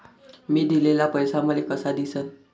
मी दिलेला पैसा मले कसा दिसन?